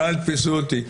אבל אל תתפסו אותי,